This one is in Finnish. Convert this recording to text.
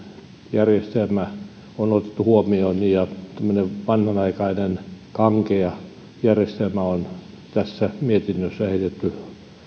järjestelmä on otettu huomioon ja tämmöinen vanhanaikainen kankea järjestelmä on tässä mietinnössä heitetty